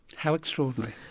how extraordinary.